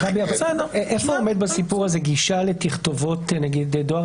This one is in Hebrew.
איפה עומד בסיפור הזה גישה לתכתובות דואר